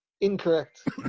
Incorrect